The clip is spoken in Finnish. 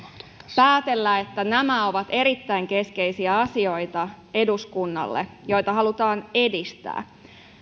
päätellä että nämä ovat eduskunnalle erittäin keskeisiä asioita joita halutaan edistää